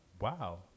wow